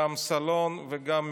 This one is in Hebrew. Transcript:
גם סלון וגם מקלחת.